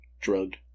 drugged